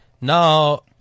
Now